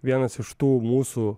vienas iš tų mūsų